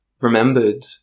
remembered